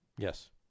Yes